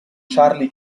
charlie